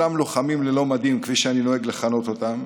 אותם לוחמים ללא מדים, כפי שאני נוהג לכנות אותם,